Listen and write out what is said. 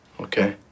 Okay